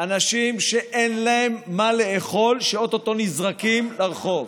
אנשים שאין להם מה לאכול, שאו-טו-טו נזרקים לרחוב,